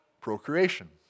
procreation